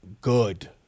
good